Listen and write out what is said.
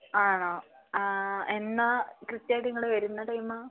ആണോ എന്നാ കൃത്യമായിട്ട് നിങ്ങൾ വരുന്ന ടൈം